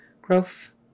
Growth